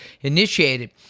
initiated